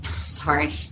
sorry